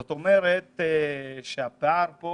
זאת אומרת שיש פה פער שהוא